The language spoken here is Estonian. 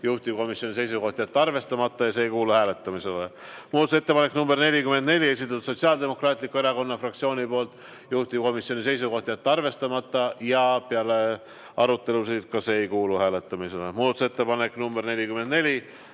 juhtivkomisjoni seisukoht on jätta arvestamata ja see ei kuulu hääletamisele. Muudatusettepanek nr 44, esitanud Sotsiaaldemokraatliku Erakonna fraktsioon, juhtivkomisjoni seisukoht on jätta arvestamata ja peale arutelusid ka see ei kuulu hääletamisele. Muudatusettepanek nr 44,